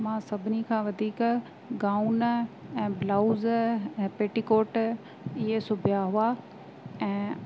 मां सभिनी खां वधीक गाउन ऐं ब्लाउज ऐं पेटीकोट ईअं सिबिया हुआ ऐं